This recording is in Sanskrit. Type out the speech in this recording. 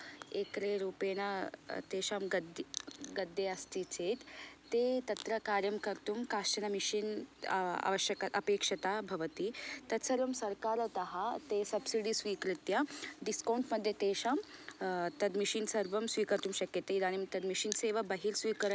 एक्रे रूपेण तेषां गद्दी गद्दी अस्ति चेत् ते तत्र कार्यं कर्तुं काश्चन मशीन् आवश्यक अपेक्षता भवति तत् सर्वं सर्कारतः ते सब्सीडी स्वीकृत्य डिस्कौंट् मध्ये तेषां तद् मशीन् सर्वं स्वीकर्तुं शक्यते इदानीं तद् मशीन् सेवा बहिर् स्वीकरणीयम् इत्युक्ते